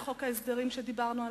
על חוק ההסדרים, שדיברנו עליו,